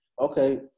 Okay